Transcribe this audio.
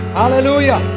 hallelujah